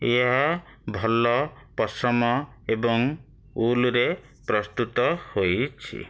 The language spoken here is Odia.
ଏହା ଭଲ ପଶମ ଏବଂ ଉଲରେ ପ୍ରସ୍ତୁତ ହୋଇଛି